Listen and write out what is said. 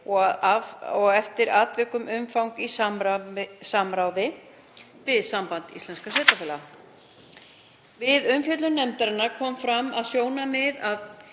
og eftir atvikum umfang í samráði við Samband íslenskra sveitarfélaga. Við umfjöllun nefndarinnar kom fram það sjónarmið að